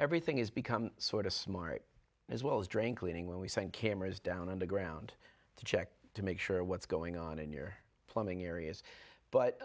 everything is become sort of smart as well as drain cleaning when we send cameras down underground to check to make sure what's going on in your plumbing areas but